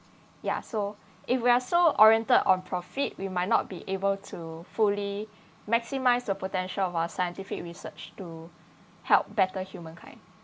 ya so if we're so oriented on profit we might not be able to fully maximise the potential of our scientific research to help better humankind